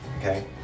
Okay